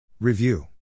Review